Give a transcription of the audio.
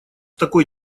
такой